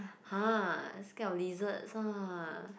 !huh! scared of lizards ah